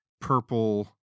purple